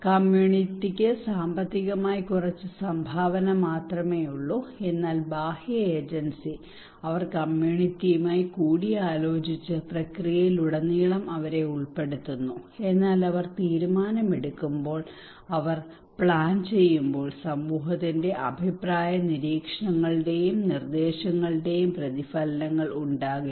കമ്മ്യൂണിറ്റിക്ക് സാമ്പത്തികമായി കുറച്ച് സംഭാവന മാത്രമേ ഉള്ളൂ എന്നാൽ ബാഹ്യ ഏജൻസി അവർ കമ്മ്യൂണിറ്റിയുമായി കൂടിയാലോചിച്ച് പ്രക്രിയയിലുടനീളം അവരെ ഉൾപ്പെടുത്തുന്നു എന്നാൽ അവർ തീരുമാനമെടുക്കുമ്പോൾ അവർ പ്ലാൻ ചെയ്യുമ്പോൾ സമൂഹത്തിന്റെ അഭിപ്രായ നിരീക്ഷണങ്ങളുടെയും നിർദ്ദേശങ്ങളുടെയും പ്രതിഫലനങ്ങൾ ഉണ്ടാകില്ല